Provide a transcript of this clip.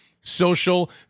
social